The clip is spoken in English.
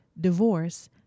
divorce